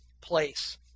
place